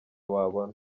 wabona